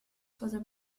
for